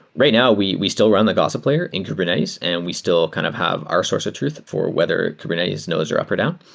right now, we we still run the gossip layer in kubernetes and we still kind of have our source of truth for whether kubernetes node is or up or down.